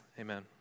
Amen